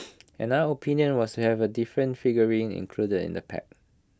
another opinion was have A different figurine included in the pack